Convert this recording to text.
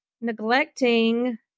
Neglecting